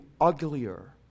uglier